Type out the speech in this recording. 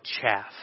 chaff